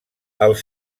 els